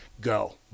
go